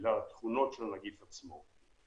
בגלל התכונות של הנגיף עצמו.